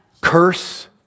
Curse